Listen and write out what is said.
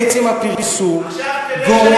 עצם הפרסום גורם,